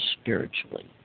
spiritually